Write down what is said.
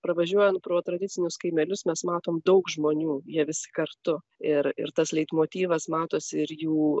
pravažiuojant pro tradicinius kaimelius mes matom daug žmonių jie visi kartu ir ir tas leitmotyvas matosi ir jų